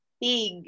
big